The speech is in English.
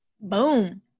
Boom